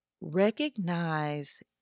Recognize